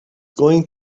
going